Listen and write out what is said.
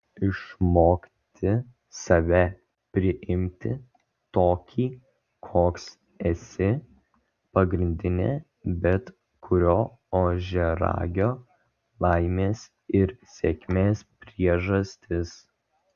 išmokti save priimti tokį koks esi pagrindinė bet kurio ožiaragio laimės ir sėkmės priežastis